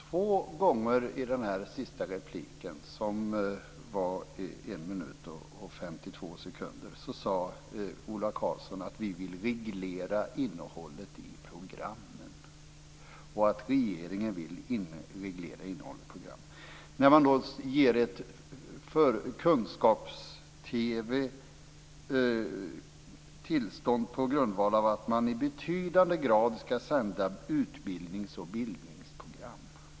Fru talman! Två gånger i den sista repliken, som var 1 minut och 52 sekunder, sade Ola Karlsson att vi vill reglera innehållet i programmen, när Kunskaps TV får tillstånd på grundval av att de i betydande grad skall sända utbildnings och bildningsprogram.